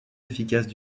efficaces